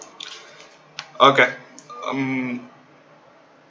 okay um